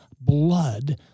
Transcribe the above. blood